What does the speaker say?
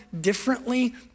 differently